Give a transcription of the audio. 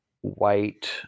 white